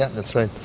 that's right.